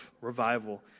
revival